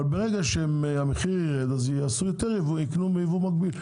ברגע שהמחיר ירד, יותר אנשים יקנו מייבוא מקביל.